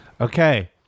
Okay